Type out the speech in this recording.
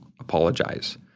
apologize